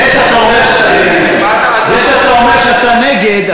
זה שאתה אומר שאתה נגד,